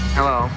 Hello